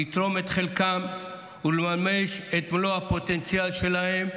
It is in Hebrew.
לתרום את חלקם ולממש את מלוא הפוטנציאל שלהם,